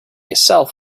itself